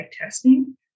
testing